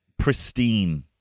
pristine